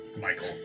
Michael